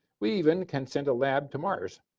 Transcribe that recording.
we even can send alain to mars.